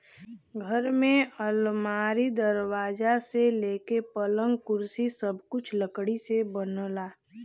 घर में अलमारी, दरवाजा से लेके पलंग, कुर्सी सब कुछ लकड़ी से बनला